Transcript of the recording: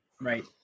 Right